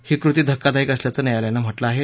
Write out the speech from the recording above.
ही कृती धक्कादायक असल्याचं न्यायालयानं म्हाकें आहे